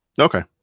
Okay